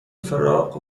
فراق